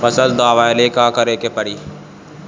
फसल दावेला का करे के परी?